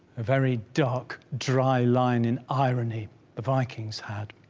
a very dark, dry line in irony the vikings had.